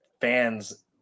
fans